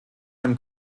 man